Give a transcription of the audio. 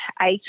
eight